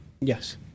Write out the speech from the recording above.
yes